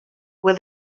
where